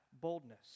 boldness